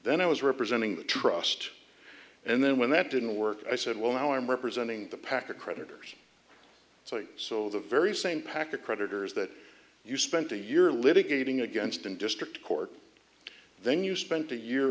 then i was representing the trust and then when that didn't work i said well i'm representing the packer creditors so so the very same packer creditors that you spent a year litigating against in district court then you spent a year